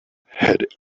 had